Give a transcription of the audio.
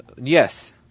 Yes